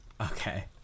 Okay